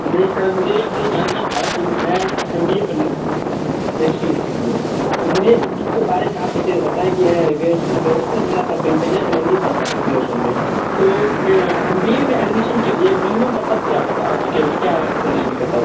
नहीं सर मुझे ये मुझे जानना था कि मैं एम बी ए करना चाहता हूँ नेक्स्ट ईयर के लिए तो मुझे एम बी ए के बारे में आप डिटेल में बताएँ कि ग्रेजुएशन में ग्रेजुएशन में मेरा पर्सेंटेज है सेवेंटी फाइव पर्सेंट ग्रेजुएशन में तो में एम बी ए में के एडमिशन के लिए मिनिमम कट ऑफ क्या होता है आपके क्या है आपके कॉलेज मैं कट ऑफ